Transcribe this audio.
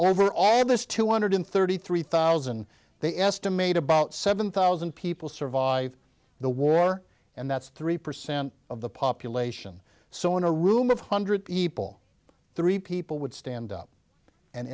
over all this two hundred thirty three thousand they estimate about seven thousand people survived the war and that's three percent of the population so in a room of hundred people three people would stand up and